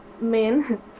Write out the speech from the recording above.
men